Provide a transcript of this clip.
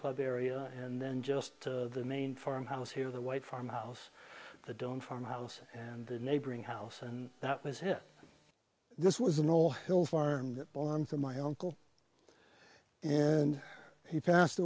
club area and then just the main farmhouse here the white farmhouse the don't farmhouse and the neighboring house and that was hit this was an old hill farm that ponza my uncle and he passed